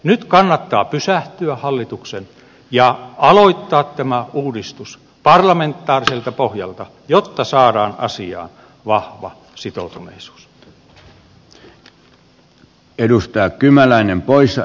nyt hallituksen kannattaa pysähtyä ja aloittaa tämä uudistus parlamentaariselta pohjalta jotta saadaan asiaan vahva sitoutuneisuus